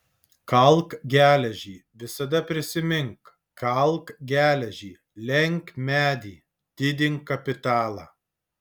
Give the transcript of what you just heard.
kalk geležį visada prisimink kalk geležį lenk medį didink kapitalą